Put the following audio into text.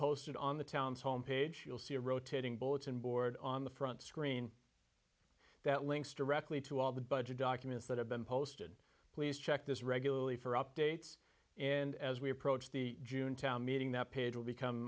posted on the town's home page you'll see a rotating bulletin board on the front screen that links directly to all the budget documents that have been posted please check this regularly for updates and as we approach the june town meeting that page will become